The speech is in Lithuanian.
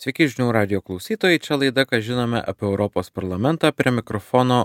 sveiki žinių radijo klausytojai čia laida ką žinome apie europos parlamentą prie mikrofono